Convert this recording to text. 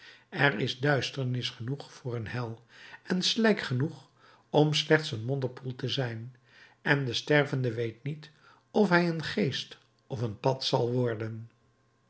er is duisternis genoeg voor een hel en slijk genoeg om slechts een modderpoel te zijn en de stervende weet niet of hij een geest of een pad zal worden